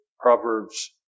Proverbs